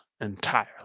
entirely